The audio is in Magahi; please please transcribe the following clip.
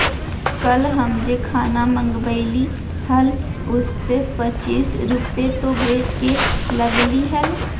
कल हम जे खाना मँगवइली हल उसपे पच्चीस रुपए तो वैट के लगलइ हल